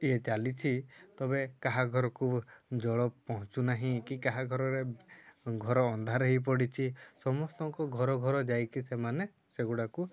ଇଏ ଚାଲିଛି ତେବେ କାହା ଘରକୁ ଜଳ ପହଞ୍ଚୁନାହିଁ କି କାହା ଘରରେ ଘର ଅନ୍ଧାର ହୋଇପଡ଼ିଛି ସମସ୍ତଙ୍କ ଘର ଘର ଯାଇକି ସେମାନେ ସେଗୁଡ଼ାକୁ